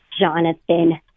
Jonathan